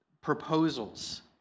Proposals